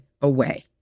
away